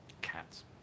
Cats